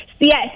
Yes